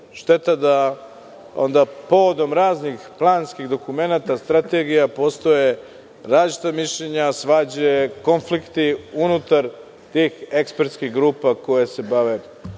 šteta da povodom raznih planskih dokumenata i strategija postoje različita mišljenja, svađe, konflikti unutar tih ekspertskih grupa koje se bave